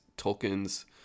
Tolkien's